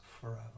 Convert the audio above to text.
forever